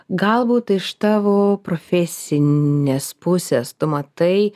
galbūt iš tavo profesinės pusės tu matai